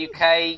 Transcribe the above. UK